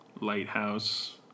lighthouse